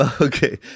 Okay